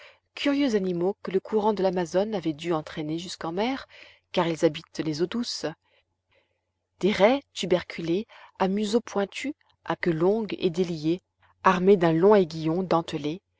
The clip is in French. curieux animaux que le courant de l'amazone avait dû entraîner jusqu'en mer car ils habitent les eaux douces des raies tuberculées à museau pointu à queue longue et déliée armées d'un long aiguillon dentelé